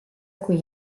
qui